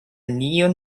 neon